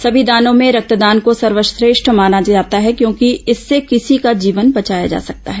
समी दानों में रक्तदान को सर्वश्रेष्ठ माना जाता है क्योंकि इससे किसी का जीवन बचाया जा सकता है